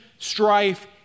strife